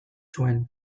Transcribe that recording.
zuen